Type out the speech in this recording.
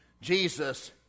Jesus